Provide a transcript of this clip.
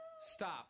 Stop